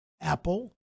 Apple